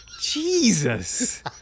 Jesus